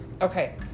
Okay